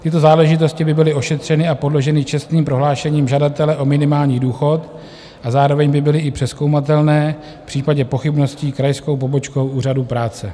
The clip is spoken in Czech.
Tyto záležitosti by byly ošetřeny a podloženy čestným prohlášením žadatele o minimální důchod a zároveň by byly i přezkoumatelné v případě pochybností krajskou pobočkou Úřadu práce.